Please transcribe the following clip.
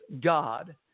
God